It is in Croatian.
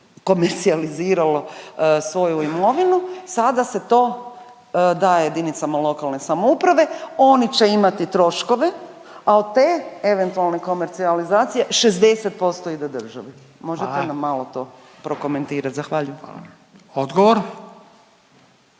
komercijaliziralo svoju imovinu sada se to daje jedinicama lokalne samouprave. Oni će imati troškove, a od te eventualne komercijalizacije 60% ide državi. …/Upadica Radin: Hvala./… Možete nam malo to prokomentirati. Zahvaljujem.